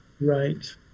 Right